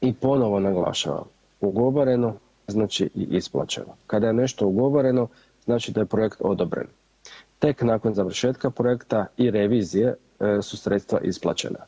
I ponovno naglašavam, ugovoreno znači i isplaćeno, kada je nešto ugovoreno znači da je projekt odobren, tek nakon završetka projekta i revizije su sredstva isplaćena.